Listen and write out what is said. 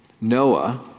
Noah